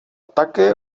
také